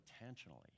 intentionally